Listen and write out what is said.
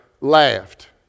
laughed